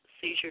seizure